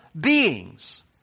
beings